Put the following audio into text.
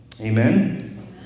Amen